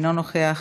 אינו נוכח,